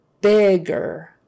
bigger